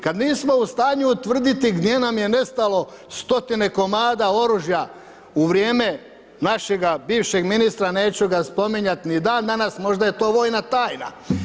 Kad nismo u stanju utvrditi gdje nam je nestalo stotine komada oružja u vrijeme našega bivšeg ministra, neću ga spominjati, ni dan danas, možda je to vojna tajna.